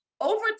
over